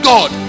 God